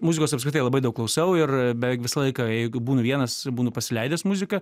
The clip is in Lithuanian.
muzikos apskritai labai daug klausau ir beveik visą laiką jeigu būnu vienas būnu pasileidęs muziką